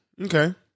Okay